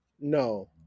No